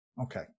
Okay